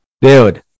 Dude